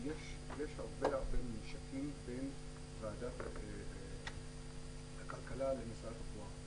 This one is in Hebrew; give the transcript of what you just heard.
יש הרבה מאוד ממשקים בין ועדת הכלכלה למשרד התחבורה.